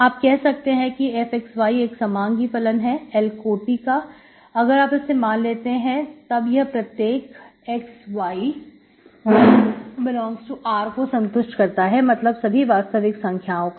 आप कह सकते हैं कि fxy एक समांगी फलन है L कोटि काअगर आप इसे मान लेते हैं तब यह प्रत्येक xy∈R को संतुष्ट करता है मतलब सभी वास्तविक संख्याओं को